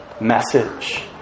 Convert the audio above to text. message